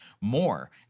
more